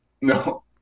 No